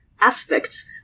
aspects